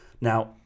Now –